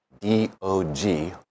D-O-G